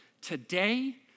Today